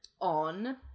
on